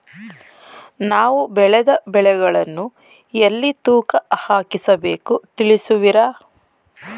ನಾವು ಬೆಳೆದ ಬೆಳೆಗಳನ್ನು ಎಲ್ಲಿ ತೂಕ ಹಾಕಿಸಬೇಕು ತಿಳಿಸುವಿರಾ?